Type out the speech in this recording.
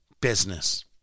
business